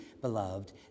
beloved